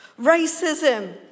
racism